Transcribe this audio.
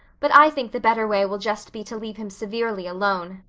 but i think the better way will just be to leave him severely alone,